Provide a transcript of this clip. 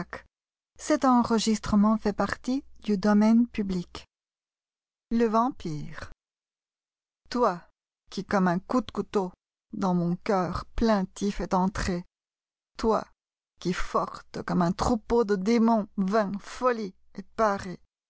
le vampire toi qui comme un coup de couteau dans mon cœur plaintif est entrée toi qui forte comme un troupeaude démons vins folie et parée